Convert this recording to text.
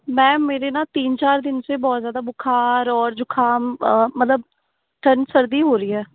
ma'am मेरे ना तीन चार दिन से बहुत ज़्यादा बुखार और जुकाम मतलब ठंड सर्दी हो रही है